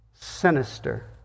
sinister